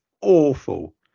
awful